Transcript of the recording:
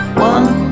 one